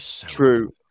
true